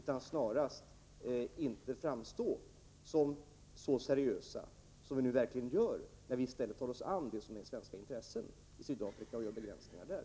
Vi skulle då inte framstå som så seriösa som vi nu verkligen gör, när vi i stället tar oss an det som är svenska intressen i Sydafrika och gör begränsningar där.